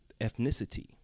ethnicity